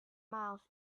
miles